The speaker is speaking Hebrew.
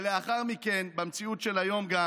ולאחר מכן, במציאות של היום, גם